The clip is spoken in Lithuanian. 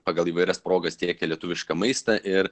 pagal įvairias progas tiekia lietuvišką maistą ir